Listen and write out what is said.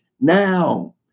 Now